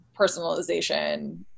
personalization